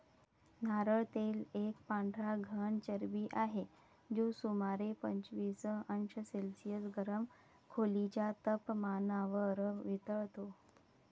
नारळ तेल एक पांढरा घन चरबी आहे, जो सुमारे पंचवीस अंश सेल्सिअस गरम खोलीच्या तपमानावर वितळतो